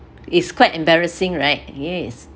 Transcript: is quite embarrassing right yes